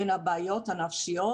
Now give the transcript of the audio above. היא הבעיות הנפשיות,